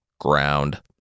ground